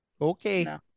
Okay